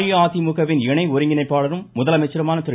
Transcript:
அஇஅதிமுகவின் இணை ஒருங்கிணைப்பாளரும் முதலமைச்சருமான திரு